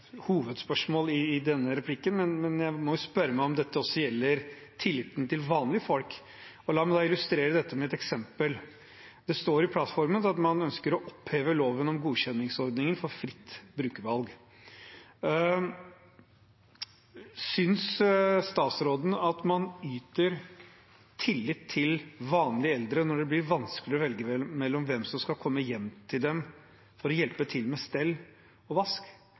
står i plattformen at man ønsker å oppheve loven om godkjenningsordningen for fritt brukervalg. Synes statsråden at man viser tillit til vanlige eldre når det blir vanskeligere å velge hvem som skal komme hjem til seg for å hjelpe til med stell og vask?